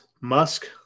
Musk